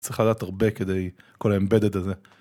צריך לדעת הרבה, כדי כל האמבדד הזה.